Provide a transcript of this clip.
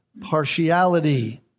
partiality